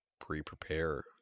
pre-prepare